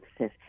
says